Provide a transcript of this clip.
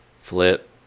flip